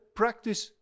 practice